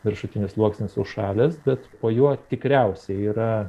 viršutinis sluoksnis užšalęs bet po juo tikriausiai yra